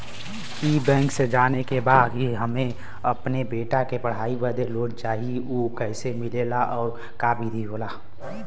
ई बैंक से जाने के बा की हमे अपने बेटा के पढ़ाई बदे लोन चाही ऊ कैसे मिलेला और का विधि होला?